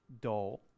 dull